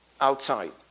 outside